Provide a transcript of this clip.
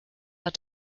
are